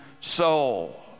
soul